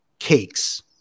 cakes